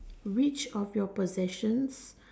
which of your procession